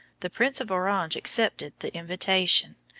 the prince of orange accepted the invitation.